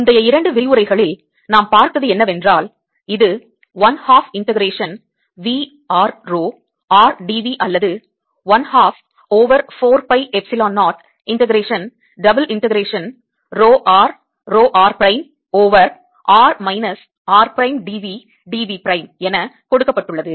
முந்தைய இரண்டு விரிவுரைகளில் நாம் பார்த்தது என்னவென்றால் இது 1 half integration V r rho r dV அல்லது 1 half over 4 pi epsilon 0 integration double integration rho r rho r prime over r minus r prime dV dV prime என கொடுக்கப்பட்டுள்ளது